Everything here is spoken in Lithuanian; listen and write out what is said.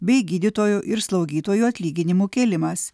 bei gydytojų ir slaugytojų atlyginimų kėlimas